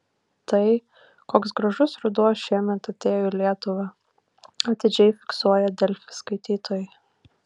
tai koks gražus ruduo šiemet atėjo į lietuvą atidžiai fiksuoja delfi skaitytojai